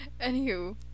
Anywho